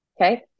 Okay